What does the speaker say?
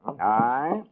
Aye